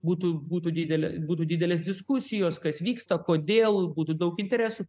būtų būtų didelė būtų didelės diskusijos kas vyksta kodėl būtų daug interesų